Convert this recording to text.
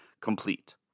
complete